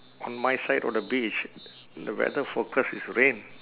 on my side of the beach the weather forecast is rain